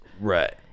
Right